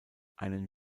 einen